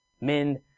men